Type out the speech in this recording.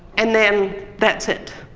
and then that's it.